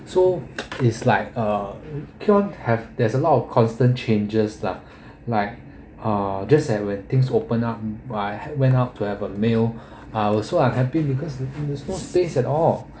so is like uh can't have there's a lot of constant changes lah like uh just have a things open up by went out to have a meal I was so I'm happy because there's no space at all